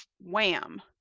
wham